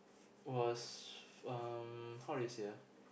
was um how do you say ah